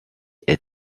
est